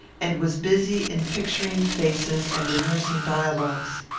and was busy in picturing faces and rehearsing dialogues.